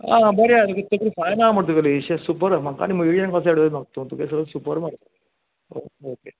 आं बरें हा तेगेलीं तकलीं फायन आहा मरे तुगेलीं शे सुपर हा म्हाका आनी म्हजी आन् एडवायस आन् मागता तूं तुगे सगळे सुपर मरे ओ ओके